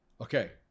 Okay